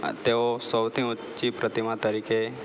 તેઓ સૌથી ઊંચી પ્રતિમા તરીકે